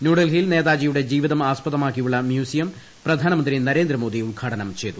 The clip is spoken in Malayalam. ന്യൂഡൽഹിയിൽ നേതാജിയുടെ ജീവിതം ആസ്പദമാക്കിയുള്ള മ്യൂസിയം പ്രധാനമന്ത്രി നരേന്ദ്രമോദി ഉദ്ഘാടനം ചെയ്തു